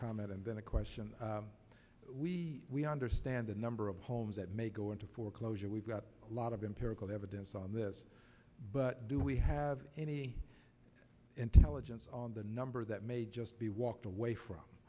comment and then a question we we understand the number of homes that may go into foreclosure we've got a lot of empirical evidence on this but do we have any intelligence on the number that may just be walked away from